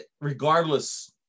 regardless